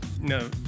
No